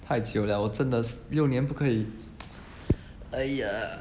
太久了我真的六年不可以 !aiya!